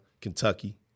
Kentucky